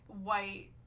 white